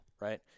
right